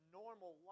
normal